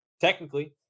Technically